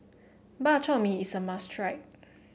Bak Chor Mee is a must try